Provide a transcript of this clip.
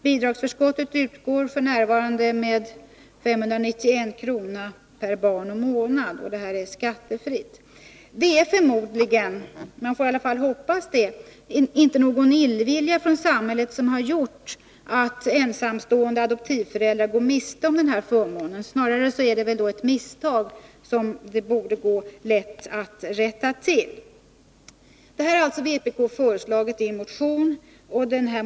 3 Riksdagens protokoll 1981182:140-144 Det är förmodligen — man får i varje fall hoppas det —- inte någon medveten illvilja från samhällets sida som har gjort att ensamstående adoptivföräldrar går miste om denna förmån. Snarare är väl detta ett misstag, som det borde gå lätt att rätta till. Detta har alltså vpk föreslagit i en motion.